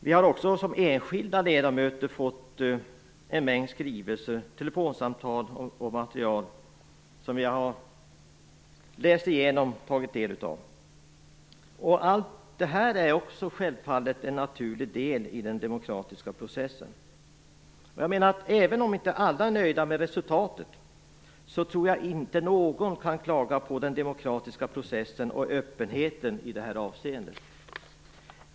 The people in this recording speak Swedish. Vi har också som enskilda ledamöter fått många skrivelser och telefonsamtal. Allt detta är självfallet en naturlig del i den demokratiska processen. Trots att alla inte är nöjda med resultatet så tror jag inte att någon kan klaga på den demokratiska processen och öppenheten i detta avseende.